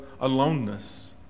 aloneness